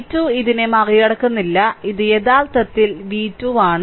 v2 ഇതിനെ മറികടക്കുന്നില്ല ഇത് യഥാർത്ഥത്തിൽ v2 ആണ്